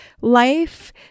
Life